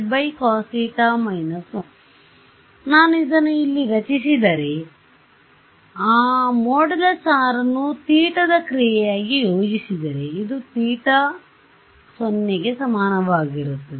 ಆದ್ದರಿಂದ ನಾನು ಇದನ್ನು ಇಲ್ಲಿ ರಚಿಸಿದರೆ ನಾನು | R | ನ್ನು θದ ಕ್ರಿಯೆಯಾಗಿ ಯೋಜಿಸಿದರೆ ಇದು θ 0 ಗೆ ಸಮನಾಗಿರುತ್ತದೆ